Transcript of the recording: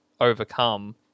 overcome